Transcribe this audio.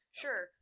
sure